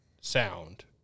sound